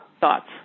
thoughts